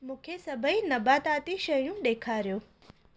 मूंखे सभई नबाताती शयूं ॾेखारियो